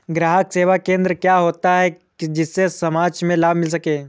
ग्राहक सेवा केंद्र क्या होता है जिससे समाज में लाभ मिल सके?